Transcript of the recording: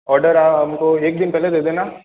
order आप हमको को एक दिन पहले दे देना